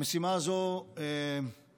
המשימה הזו קשה,